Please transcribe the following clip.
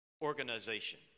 organization